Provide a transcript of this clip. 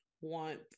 want